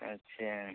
अच्छा